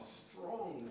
strong